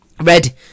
red